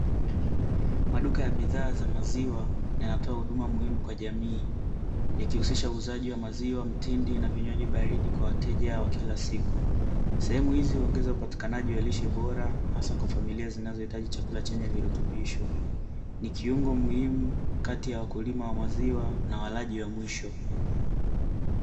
Maduka ya bidhaa za maziwa yanatoa huduma muhimu kwa jamii yakihusisha uuzaji wa maziwa, mtindi na vinywaji baridi kwa wateja wa kila siku. Sehemu hizi huongeza upatikanaji wa lishe bora hasa kwa familia zinazohitaji chakula chenye virutubisho, ni kiungo muhimu kati ya wakulima wa maziwa na walaji wa mwisho.